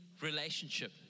relationship